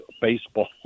baseball